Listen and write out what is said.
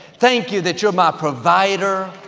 thank you that you're my provider,